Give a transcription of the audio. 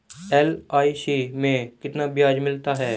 LIC में कितना ब्याज मिलता है?